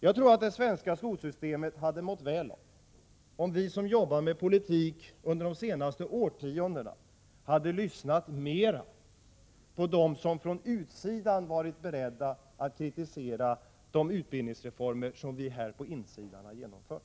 Jag tror att det svenska skolsystemet hade mått väl av om vi som jobbat med politik under de senaste årtiondena hade lyssnat mera på dem som från utsidan varit beredda att kritisera de utbildningsreformer som vi här på insidan genomfört.